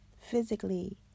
physically